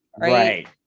Right